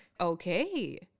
Okay